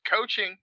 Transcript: coaching